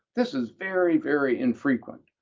this is very, very infrequent.